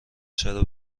چرا